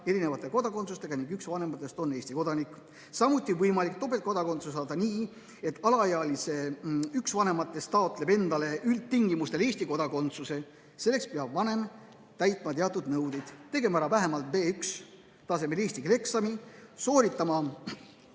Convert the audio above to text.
erineva kodakondsusega, üks vanematest on Eesti kodanik. Samuti on võimalik topeltkodakondsus saada nii, et üks alaealise vanematest taotleb endale üldtingimustel Eesti kodakondsuse. Selleks peab vanem täitma teatud nõuded, tegema ära vähemalt B1‑tasemel eesti keele eksami, sooritama